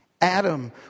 Adam